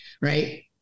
right